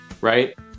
right